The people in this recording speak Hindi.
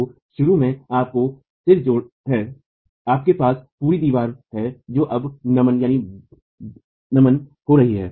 तो शुरू में आपके सिर जोड़ हैं आपके पास पूरी दीवार है जो अब नमन हो रही है